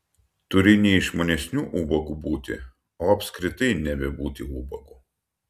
turi ne išmanesniu ubagu būti o apskritai nebebūti ubagu